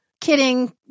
Kidding